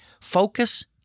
focus